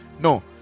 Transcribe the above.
No